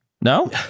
No